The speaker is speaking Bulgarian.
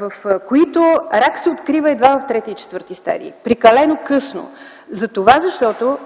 в които рак се открива едва в трети и четвърти стадий. Прекалено късно. Затова, защото